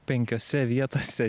penkiose vietose